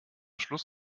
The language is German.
schluss